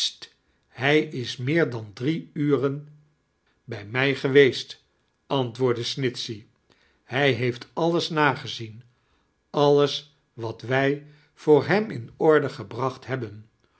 hij is meeir dan drie uren bij mij geweest antwoordde snitchey hij heeft alles nagezien allies wat wij voor hem in orde gebracht hebben